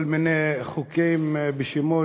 כל מיני חוקים בשמות: